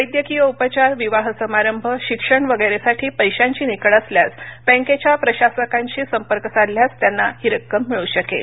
वैद्यकीय उपचार विवाह समारंभ शिक्षण वगैरेसाठी पैशांची निकड असल्यास बँकेच्या प्रशासकांशी संपर्क साधल्यास त्यांना ही रक्कम मिळू शकेल